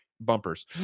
bumpers